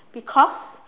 because